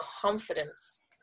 confidence